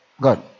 Good